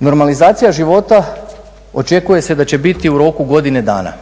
Normalizacija života očekuje se da će biti u roku godine dana.